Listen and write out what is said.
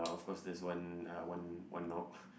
(uh)of course there's one uh one one knob